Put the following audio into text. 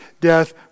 death